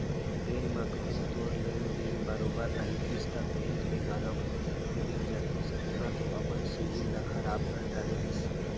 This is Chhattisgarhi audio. बेंक म कहूँ तोर लेन देन बरोबर रहितिस ता बेंक ले घलौक लोन मिल जतिस तेंहा तो अपन सिविल ल खराब कर डरे हस